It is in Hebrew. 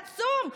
עשינו נזק עצום,